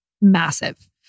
massive